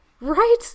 right